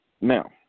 Now